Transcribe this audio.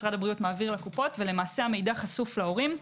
משרד הבריאות מעביר לקופות והמידע חשוף להורים.